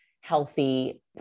healthy